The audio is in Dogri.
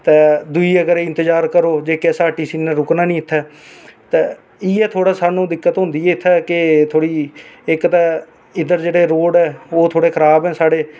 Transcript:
दूई अगर इंतजार करो ते जेकेएसआरटीसी ने रुक्कना निं इत्थें ते इ'यै सानूं थोह्ड़ी जेही इत्थें दिक्कत होंदी ऐ कि इत्थें इक्क ते इद्धर जेह्ड़ा रोड़ ऐ ओह् थोह्ड़ा खराब ऐ साढ़े